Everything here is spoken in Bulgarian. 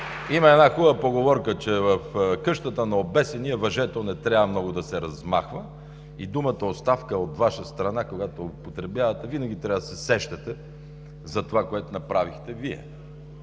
Има една хубава поговорка, че в къщата на обесения въжето не трябва много да се размахва и думата „оставка“ от Ваша страна (реплики от „БСП за България“), когато я употребявате, винаги трябва да се сещате за това, което направихте Вие.